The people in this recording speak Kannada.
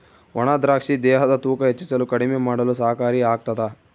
ಒಣ ದ್ರಾಕ್ಷಿ ದೇಹದ ತೂಕ ಹೆಚ್ಚಿಸಲು ಕಡಿಮೆ ಮಾಡಲು ಸಹಕಾರಿ ಆಗ್ತಾದ